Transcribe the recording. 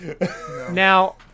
Now